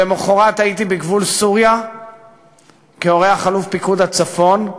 למחרת הייתי בגבול סוריה כאורח אלוף פיקוד הצפון,